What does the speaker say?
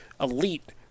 elite